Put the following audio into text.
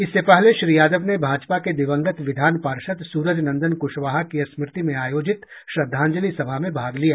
इससे पहले श्री यादव ने भाजपा के दिवंगत विधान पार्षद सुरज नंदन कूशवाहा की स्मृति में आयोजित श्रद्धाजंलि सभा में भाग लिया